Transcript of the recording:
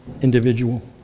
individual